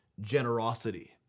generosity